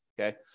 Okay